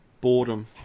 boredom